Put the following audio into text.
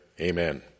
Amen